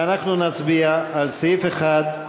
ואנחנו נצביע על סעיף 1,